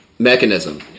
Mechanism